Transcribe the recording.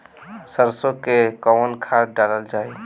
सरसो मैं कवन खाद डालल जाई?